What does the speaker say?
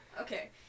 Okay